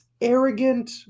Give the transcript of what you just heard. arrogant